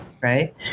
Right